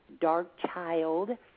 Darkchild